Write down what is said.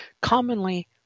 commonly